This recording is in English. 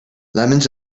lemons